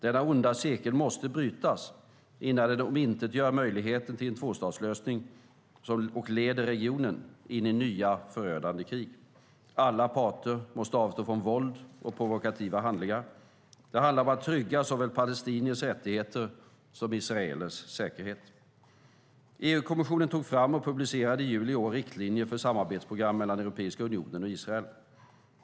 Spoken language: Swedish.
Denna onda cirkel måste brytas innan den omintetgör möjligheten till en tvåstatslösning och leder regionen in i nya förödande krig. Alla parter måste avstå från våld och provokativa handlingar. Det handlar om att trygga såväl palestiniers rättigheter som israelers säkerhet. EU-kommissionen tog fram och publicerade i juli i år riktlinjer för samarbetsprogram mellan Europeiska unionen och Israel.